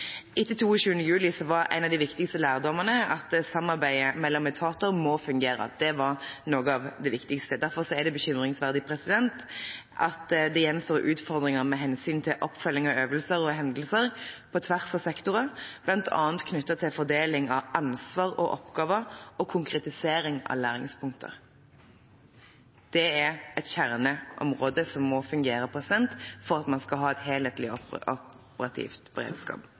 Etter 22. juli var en av de viktigste lærdommene at samarbeidet mellom etater må fungere. Det var noe av det viktigste. Derfor er det bekymringsfullt at det gjenstår utfordringer med hensyn til oppfølging av øvelser og hendelser på tvers av sektorer, bl.a. knyttet til fordeling av ansvar og oppgaver og konkretisering av læringspunkter. Det er et kjerneområde som må fungere for at man skal ha en helhetlig operativ beredskap.